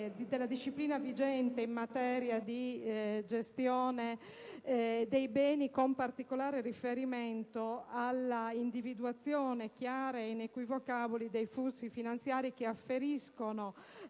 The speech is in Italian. della disciplina vigente in materia di gestione dei beni, con particolare riferimento alla individuazione chiara ed inequivocabile dei flussi finanziari che afferiscono